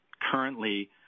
currently